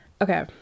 okay